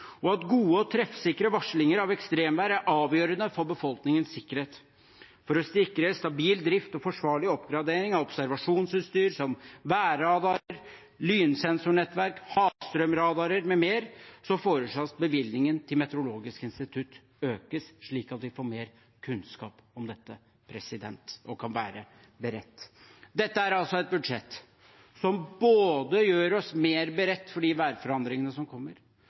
og at gode og treffsikre varslinger av ekstremvær er avgjørende for befolkningens sikkerhet. For å sikre stabil drift og forsvarlig oppgradering av observasjonsutstyr som værradarer, lynsensornettverk, havstrømradarer m.m. foreslås det at bevilgningen til Meteorologisk institutt økes, slik at vi får mer kunnskap om dette og kan være beredt. Dette er altså et budsjett som både gjør oss mer beredt for de værforandringene som kommer,